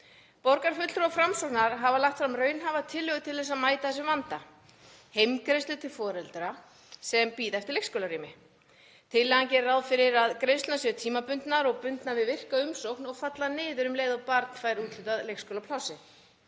Borgarfulltrúar Framsóknar hafa lagt fram raunhæfa tillögu til að mæta þessum vanda; heimgreiðslur til foreldra sem bíða eftir leikskólarými. Tillagan gerir ráð fyrir að greiðslurnar séu tímabundnar og bundnar við virka umsókn og falla niður um leið og barn fær úthlutað leikskólaplássi.